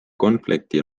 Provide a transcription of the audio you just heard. konflikti